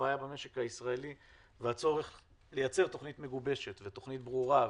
הבעיה במשק הישראלי והצורך ליצור תוכנית מגובשת וברורה,